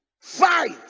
fight